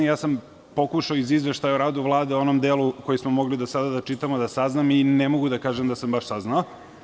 Pokušao sam iz Izveštaja o radu Vlade, u onom delu koji smo mogli do sada da čitamo, da saznam i ne mogu da kažem da sam baš saznao.